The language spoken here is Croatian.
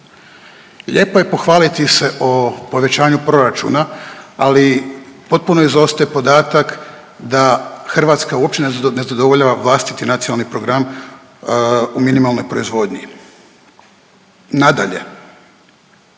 Lijepo je pohvaliti se o povećanju proračuna ali potpuno izostaje podatak da Hrvatska uopće ne zadovoljava vlastiti nacionalni program u minimalnoj proizvodnji. Nadalje,